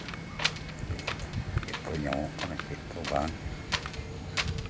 ᱞᱟᱹᱭ ᱫᱟ ᱪᱮᱫ ᱠᱚ ᱧᱟᱢᱚᱜ ᱠᱟᱱᱟ ᱪᱮᱫ ᱠᱚ ᱵᱟᱝ